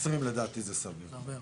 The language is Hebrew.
לדעתי סביר.